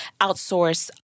outsource